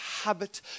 habit